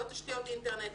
לא תשתיות אינטרנט,